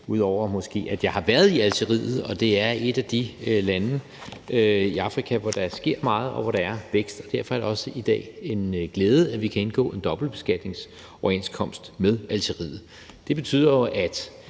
at nævne, at jeg har været i Algeriet, og at det er et af de lande i Afrika, hvor der sker meget, og hvor der er vækst. Derfor er det i dag også en glæde, at vi kan indgå en dobbeltbeskatningsoverenskomst med Algeriet. Det betyder jo ikke,